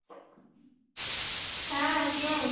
হ্যাঁ কে